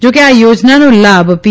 જોકે આ યોજનાનો લાભ પી